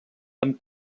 amb